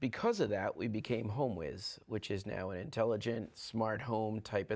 because of that we became home ways which is now an intelligent smart home type